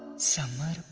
someone